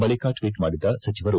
ಬಳಿಕ ಟ್ವೀಟ್ ಮಾಡಿದ ಸಚಿವರು